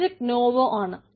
project നോവോ ആണ്